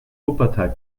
wuppertal